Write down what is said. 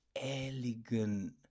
elegant